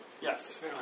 Yes